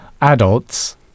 adults